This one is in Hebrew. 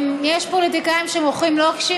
יש פוליטיקאים שמוכרים לוקשים,